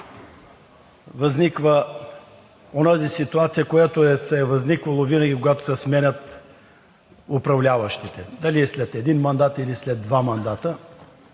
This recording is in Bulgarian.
възниква онази ситуация, която е възниквала винаги, когато се сменят управляващите – дали е след един, или след два мандата.